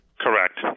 Correct